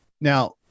Now